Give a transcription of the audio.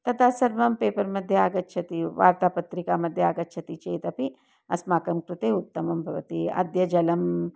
तथा सर्वं पेपर् मध्ये आगच्छति वार्तापत्रिका मध्ये आगच्छति चेदपि अस्माकं कृते उत्तमं भवति अद्य जलम्